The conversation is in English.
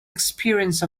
experience